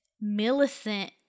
Millicent